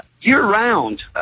year-round